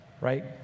Right